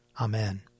Amen